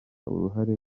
uruhare